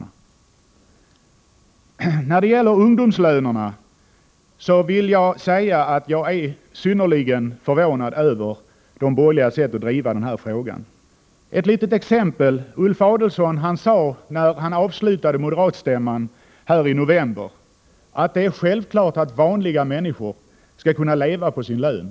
När det gäller ungdomslönerna vill jag säga att jag är synnerligen förvånad över de borgerligas sätt att driva frågan. Låt mig ta ett litet exempel. Ulf Adelsohn sade när han avslutade moderatstämman här i november, att det är självklart att vanliga människor skall kunna leva på sin lön.